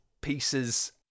pieces